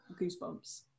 Goosebumps